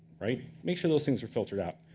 make sure those things are filtered out.